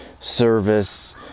service